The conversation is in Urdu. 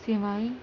سیوائیں